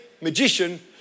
magician